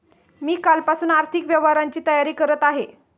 मी कालपासून आर्थिक व्यवहारांची तयारी करत आहे